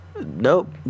Nope